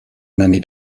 nanny